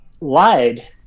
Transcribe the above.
lied